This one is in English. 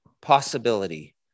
possibility